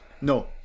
No